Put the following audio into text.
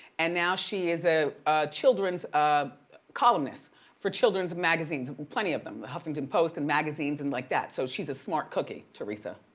and now she is a children's ah columnist for children's magazines, plenty of them. huffington post and magazines and like that. so she's a smart cookie, teresa.